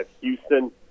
Houston